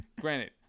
Granted